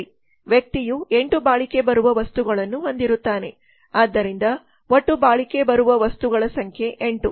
ವ್ಯಕ್ತಿಯು 8 ಬಾಳಿಕೆ ಬರುವ ವಸ್ತುಗಳುನ್ನು ಹೊಂದಿರುತ್ತಾನೆ ಆದ್ದರಿಂದ ಒಟ್ಟು ಬಾಳಿಕೆ ಬರುವ ವಸ್ತುಗಳ ಸಂಖ್ಯೆ 8